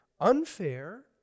unfair